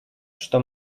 что